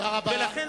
ולכן,